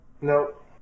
Nope